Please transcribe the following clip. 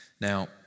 Now